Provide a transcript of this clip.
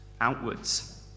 outwards